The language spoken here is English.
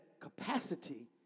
capacity